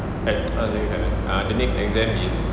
at the next exam the next exam is